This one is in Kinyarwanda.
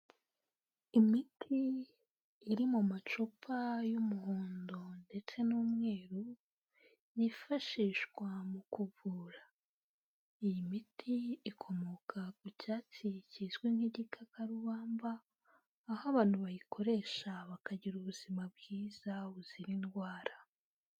Imiti iri mu macupa y'umuhondo ndetse n'umweru, yifashishwa mu kuvura, iyi miti ikomoka ku cyatsi kizwi nk'igitakakarubamba, aho abantu bayikoresha bakagira ubuzima bwiza buzira indwara.